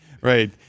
Right